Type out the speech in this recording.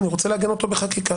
אני רוצה לעגן אותו בחקיקה.